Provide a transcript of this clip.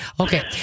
Okay